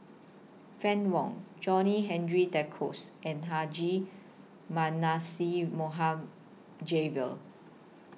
Fann Wong John Henry Duclos and Haji Mohd Javad